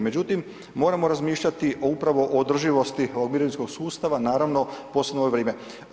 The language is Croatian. Međutim, moramo razmišljati o upravo o održivosti ovog mirovinskog sustava, naravno posebno u ovo vrijeme.